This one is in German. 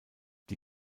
die